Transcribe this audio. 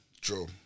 True